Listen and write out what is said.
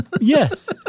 Yes